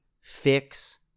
fix